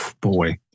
boy